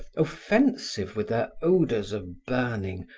offensive with their odors of burning,